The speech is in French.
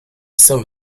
sao